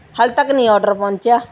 ਹਲੇ ਤੱਕ ਨਹੀਂ ਔਡਰ ਪਹੁੰਚਿਆ